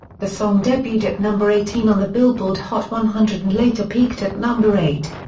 the song debuted at number eighteen on the billboard hot one hundred and later peaked at number eight.